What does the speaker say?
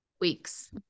weeks